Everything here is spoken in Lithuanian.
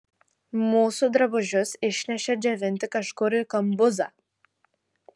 mūsų drabužius išnešė džiovinti kažkur į kambuzą